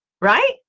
right